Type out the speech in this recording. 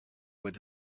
with